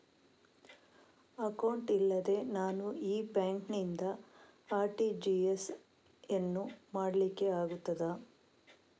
Account ಇಲ್ಲದೆ ನಾನು ಈ ಬ್ಯಾಂಕ್ ನಿಂದ ಆರ್.ಟಿ.ಜಿ.ಎಸ್ ಯನ್ನು ಮಾಡ್ಲಿಕೆ ಆಗುತ್ತದ?